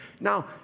Now